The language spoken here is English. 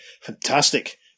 Fantastic